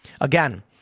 Again